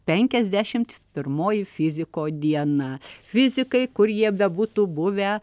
penkiasdešimt pirmoji fiziko diena fizikai kur jie bebūtų buvę